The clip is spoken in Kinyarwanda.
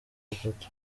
batatu